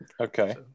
Okay